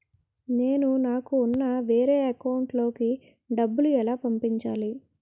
నేను నాకు ఉన్న వేరే అకౌంట్ లో కి డబ్బులు ఎలా పంపించాలి?